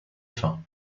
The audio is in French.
fin